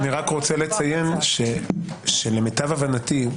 אני רק רוצה לציין שלמיטב הבנתי,